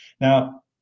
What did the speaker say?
Now